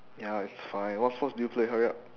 ya it's fine what sports do you play hurry up